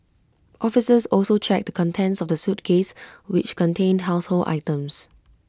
officers also checked the contents of the suitcase which contained household items